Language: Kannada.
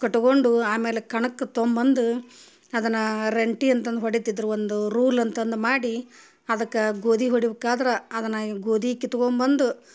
ಕಟ್ಕೊಂಡು ಆಮೇಲೆ ಕಣಕ್ಕೆ ತಗೊಂಬಂದು ಅದನ್ನ ರಂಟಿ ಅಂತಂದು ಹೊಡಿತಿದ್ರು ಒಂದು ರೂಲ್ ಅಂತಂದು ಮಾಡಿ ಅದಕ್ಕೆ ಗೋದಿ ಹೊಡ್ಬೇಕಾದ್ರೆ ಅದನ್ನು ಗೋದಿ ಕಿತ್ಕೊಂಬಂದು